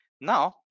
now